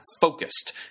focused